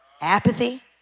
apathy